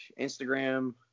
Instagram